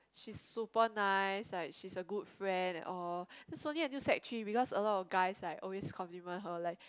she's super nice like she's a good friend and all then slowly until sec three because a lot of guys like always compliment her like